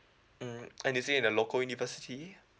mm and is it in a local university